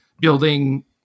building